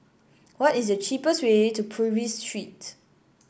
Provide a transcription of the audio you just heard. what is the cheapest way to Purvis Street